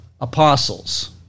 apostles